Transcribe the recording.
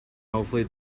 hopefully